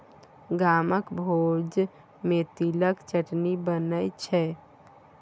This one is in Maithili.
गामक भोज मे तिलक चटनी बनै छै